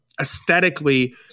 aesthetically